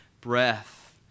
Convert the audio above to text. breath